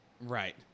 right